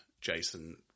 Jason